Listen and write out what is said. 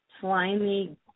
slimy